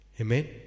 Amen